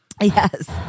Yes